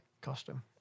costume